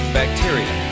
bacteria